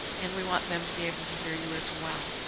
and we want them to be able to hear you as well.